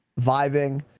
vibing